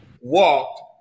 walked